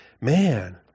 man